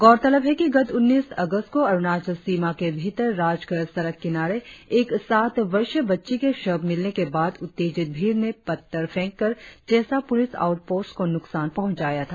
गौरतलब है कि गत उन्नीस अगस्त को अरुणाचल सीमा के भीतर राजगढ़ सड़क किनारे एक सात वर्षीय बच्ची के शव मिलने के बाद उत्तेजित भीड़ ने पत्थर फेंककर चेसा पुलिस आउटपोस्ट को नुकसान पहुंचाया था